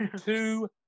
Two